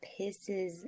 pisses